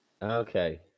Okay